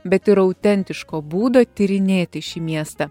bet ir autentiško būdo tyrinėti šį miestą